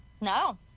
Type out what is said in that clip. no